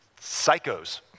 Psychos